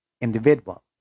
individual